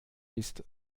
ist